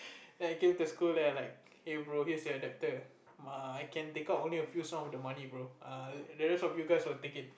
and I came to school then I like hey bro here's your adaptor ma~ I can take out a few some of the money bro err the rest of you guys will take it